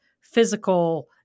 physical